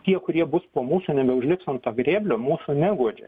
tie kurie bus po mūsų nebeužlips ant to grėblio mūsų neguodžia